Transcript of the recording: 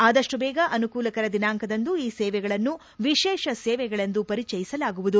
ಆದಷ್ಟುಬೇಗ ಅನುಕೂಲಕರ ದಿನಾಂಕದಂದು ಈ ಸೇವೆಗಳನ್ನು ವಿಶೇಷ ಸೇವೆಗಳಿಂದು ಪರಿಚಯಿಸಲಾಗುವುದು